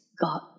God